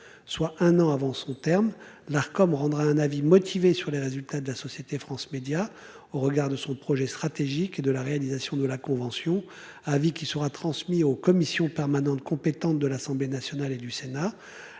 Soit un an avant son terme l'Arcom rendra un avis motivé sur les résultats de la société France Médias au regard de son projet stratégique et de la réalisation de la convention. Avis qui sera transmis aux commissions permanentes compétentes de l'Assemblée nationale et du Sénat,